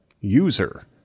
User